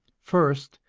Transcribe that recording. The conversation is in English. first,